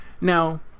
Now